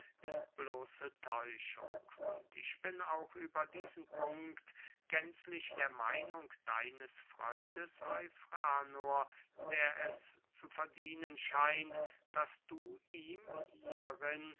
ist bloße täuschung und ich bin auch über diesen punkt gänzlich der meinung deines freundes eufranor der es zu verdienen scheint daß du ihm hierin